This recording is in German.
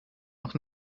noch